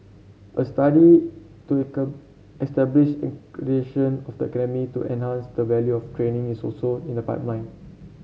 a study to establish of the academy to enhance the value of training is also in the pipeline